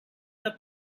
the